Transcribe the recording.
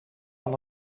aan